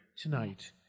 tonight